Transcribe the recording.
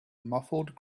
muffled